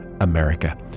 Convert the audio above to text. america